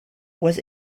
was